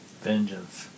Vengeance